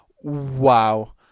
Wow